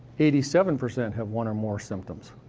eighty seven percent have one or more symptoms.